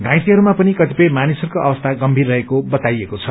वाइतेहस्मा पनि कतिपय मानिसहरूको अवस्था गम्भीर रहेको बताइएको छ